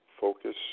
Focus